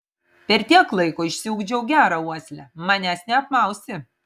per tiek laiko išsiugdžiau gerą uoslę manęs neapmausi